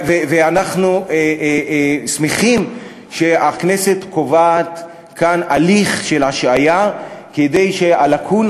ואנחנו שמחים שהכנסת קובעת כאן הליך של השעיה כדי שהלקונה